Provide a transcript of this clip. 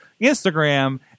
Instagram